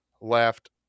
left